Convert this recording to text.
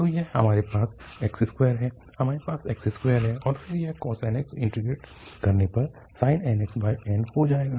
तो यहाँ हमारे पास x2 है हमारे पास x2 है और फिर यह cos nx इंटीग्रेट करने पर sin nx n हो जाएगा